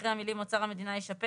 אחרי המילים: אוצר המדינה ישפה,